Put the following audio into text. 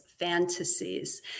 fantasies